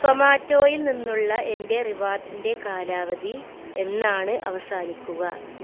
സൊമാറ്റോയിൽ നിന്നുള്ള എൻ്റെ റിവാർഡിൻ്റെ കാലാവധി എന്നാണ് അവസാനിക്കുക